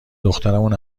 دخترمون